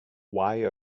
why